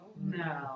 No